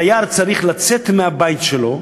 דייר צריך לצאת מהבית שלו,